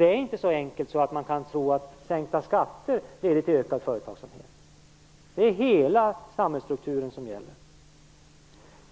Det är inte så enkelt som att tro att sänkta skatter leder till ökad företagsamhet. Det är hela samhällsstrukturen som gäller.